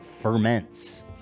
Ferments